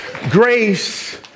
Grace